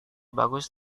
bagus